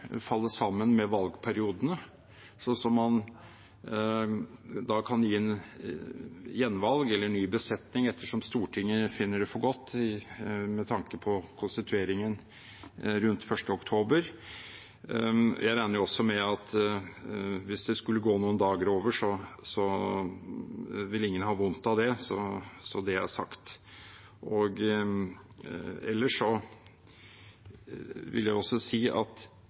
falle sammen med valgperiodene, sånn at man kan gjøre et gjenvalg eller gi en ny besetning etter som Stortinget finner det for godt med tanke på konstitueringen rundt 1. oktober. Jeg regner også med at ingen vil ha vondt av det hvis det skulle gå noen dager over, så det er sagt. Ellers vil